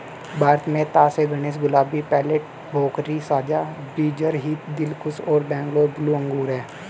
भारत में तास ए गणेश, गुलाबी, पेर्लेट, भोकरी, साझा बीजरहित, दिलखुश और बैंगलोर ब्लू अंगूर हैं